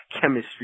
Chemistry